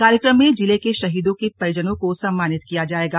कार्यक्रम में जिले के शहीदों के परिजनों को सम्मानित किया जाएगा